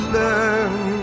learn